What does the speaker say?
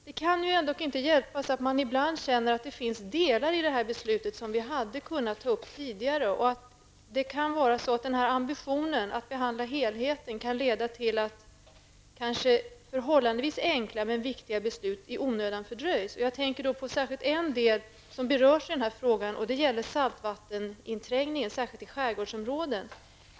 Det kan ändå inte hjälpas att man ibland känner att det finns delar i detta beslut som vi hade kunnat ta upp tidigare och att ambitionen att behandla helheten kan leda till att kanske förhållandevis enkla men viktiga beslut i onödan fördröjs. Jag tänker då särskilt på en del som berörs i denna fråga, nämligen saltvatteninträngningen speciellt i skärgårdsområden.